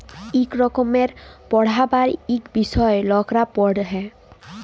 ইক রকমের পড়্হাবার ইক বিষয় লকরা পড়হে